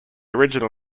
original